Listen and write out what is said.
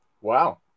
Wow